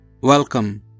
welcome